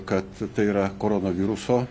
kad tai yra koronaviruso